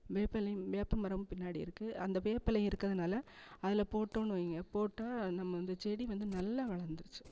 வேப்ப இலையும் வேப்ப மரமும் பின்னாடி இருக்குது அந்த வேப்பலையும் இருக்கிறதுனால அதில் போட்டோன்னு வையுங்க போட்டால் நம்ம இந்த செடி வந்து நல்லா வளந்துருச்சு